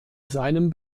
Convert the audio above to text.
seinem